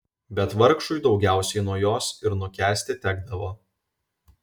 bet vargšui daugiausiai nuo jos ir nukęsti tekdavo